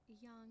young